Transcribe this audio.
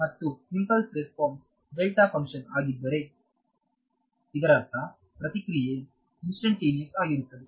ಮತ್ತು impulse response delta function ಆಗಿದ್ದರೆ ಇದರರ್ಥ ಪ್ರತಿಕ್ರಿಯೆ ಇನ್ಸ್ಟೆಂಟ್ಈನಿಯಸ್ ಆಗಿರುತ್ತದೆ